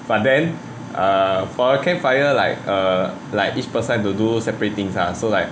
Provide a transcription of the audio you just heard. but then err for the campfire like err like each person has to do separate things lah so like